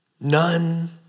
None